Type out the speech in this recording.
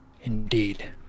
indeed